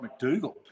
McDougall